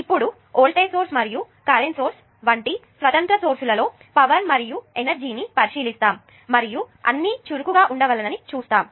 ఇప్పుడు voltage source మరియు current source వంటి స్వతంత్ర సోర్స్ లో పవర్ మరియు ఎనర్జీ ని పరిశీలిస్తాము మరియు అవి చురుకుగా ఉండగలవని చూస్తాము